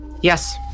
Yes